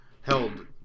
held